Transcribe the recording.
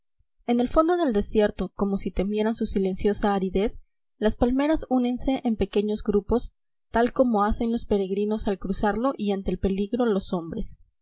en el fondo del desierto como si temieran su silenciosa aridez las palmeras úñense en pequeños grupos tal como lo hacen los peregrinos al cruzarlo y ante el peligro los hombres